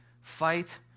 fight